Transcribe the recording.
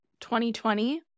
2020